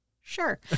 Sure